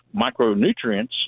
micronutrients